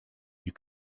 you